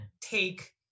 take